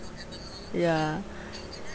ya